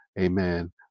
Amen